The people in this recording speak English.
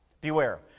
beware